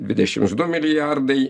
dvidešims du milijardai